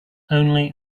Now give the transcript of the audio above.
only